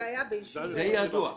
זה ידוע.